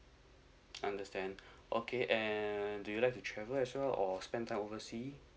understand okay and do you like to travel as well or spend time overseas